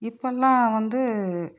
இப்பெல்லாம் வந்து